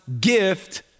gift